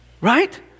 right